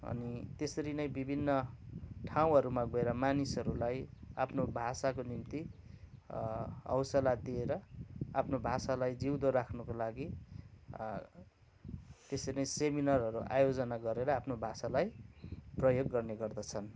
अनि त्यसरी नै विभिन्न ठाउँहरूमा गएर मानिसहरूलाई आफ्नो भाषाको निम्ती हौसला दिएर आफ्नो भाषालाई जिउँदो राख्नुको लागि त्यसरी नै सेमिनारहरू आयोजना गरेर आफनो भाषालाई प्रयोग गर्ने गर्दछन्